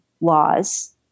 laws